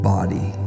Body